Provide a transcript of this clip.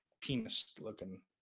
penis-looking